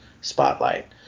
Spotlight